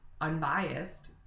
unbiased